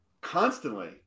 constantly